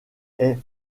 est